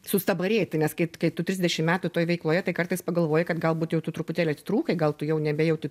sustabarėti nes kai kai tu trisdešim metų toj veikloje tai kartais pagalvoji kad galbūt jau tu truputėlį atitrūkai gal tu jau nebejauti